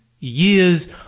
Years